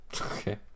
Okay